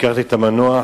הכרתי את המנוח,